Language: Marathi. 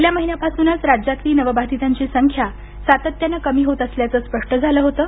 गेल्या महिन्यापासूनच राज्यातली नवबाधितांची संख्या सातत्यानं कमी होत असल्याचं स्पष्ट झालं होतं